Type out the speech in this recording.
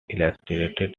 illustrated